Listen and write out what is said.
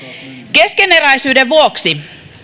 keskeneräisyyden vuoksi